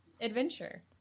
adventure